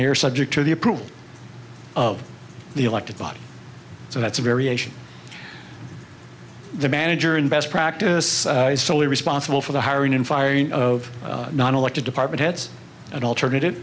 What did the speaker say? mayor subject to the approval of the elected body so that's a variation the manager and best practice is solely responsible for the hiring and firing of non elected department heads an alternative